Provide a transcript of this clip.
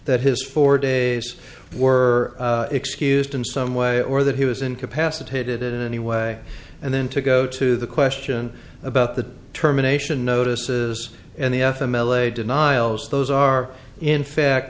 that his four days were excused in some way or that he was incapacitated in any way and then to go to the question about the terminations notices in the f m l a denials those are in fact